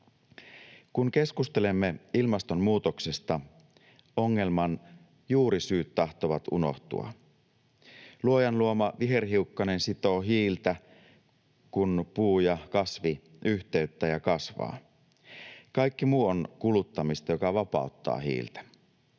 Kun keskustelemme ilmastonmuutoksesta, ongelman juurisyyt tahtovat unohtua. Luojan luoma viherhiukkanen sitoo hiiltä, kun puu ja kasvi yhteyttää ja kasvaa. Kaikki muu on kuluttamista, joka vapauttaa hiiltä.